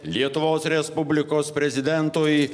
lietuvos respublikos prezidentui